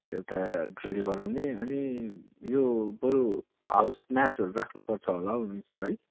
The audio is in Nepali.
एउटा ड्रिल गराउने अनि यो बरु हाउस म्याचहरू राख्नुपर्छ होला हौ मिस है